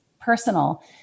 personal